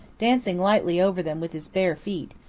dancing lightly over them with his bare feet,